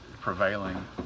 prevailing